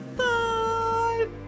five